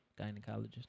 Gynecologist